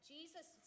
Jesus